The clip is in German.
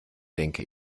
denke